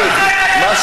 עיסאווי.